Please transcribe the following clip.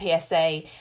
PSA